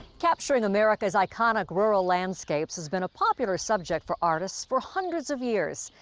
capturing america's iconic rural landscapes has been a popular subject for artists for hundreds of years.